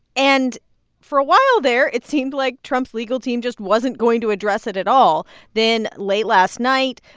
and for a while there, it seemed like trump's legal team just wasn't going to address it at all. then, late last night,